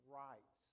rights